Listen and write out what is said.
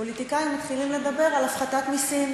פוליטיקאים מתחילים לדבר על הפחתת מסים.